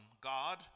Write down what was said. God